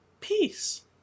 Peace